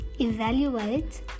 evaluate